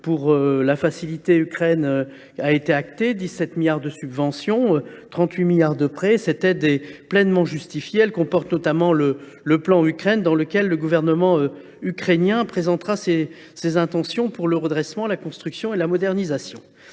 pour l’Ukraine, dont 17 milliards d’euros de subventions et 38 milliards d’euros de prêts. Cette aide, pleinement justifiée, comporte notamment le plan Ukraine par lequel le gouvernement ukrainien présentera ses intentions pour le redressement, la construction et la modernisation